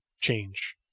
change